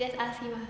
just ask him ah